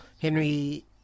Henry